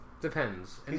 depends